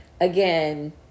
again